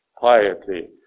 piety